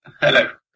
Hello